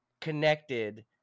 connected